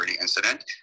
incident